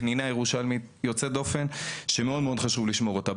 פנינה ירושלמית יוצאת דופן שמאוד מאוד חשוב לשמור אותה.